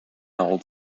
old